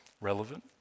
relevant